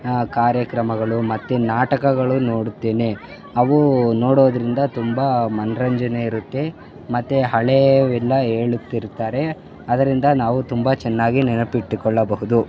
ಕಾರ್ಯಕ್ರಮಗಳು ಮತ್ತು ನಾಟಕಗಳು ನೋಡುತ್ತೇನೆ ಅವು ನೋಡೋದ್ರಿಂದ ತುಂಬ ಮನರಂಜನೆ ಇರುತ್ತೆ ಮತ್ತು ಹಳೇವು ಎಲ್ಲ ಹೇಳುತ್ತಿರುತ್ತಾರೆ ಆದ್ದರಿಂದ ನಾವು ತುಂಬ ಚೆನ್ನಾಗಿ ನೆನಪಿಟ್ಟುಕೊಳ್ಳಬಹುದು